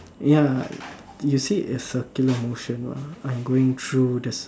ya you see is circular motion mah I'm going through this